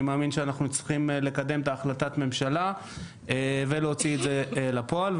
אני מאמין שאנחנו צריכים לקדם את החלטת הממשלה ולהוציא את זה לפועל.